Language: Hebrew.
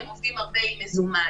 הם עובדים הרבה עם מזומן.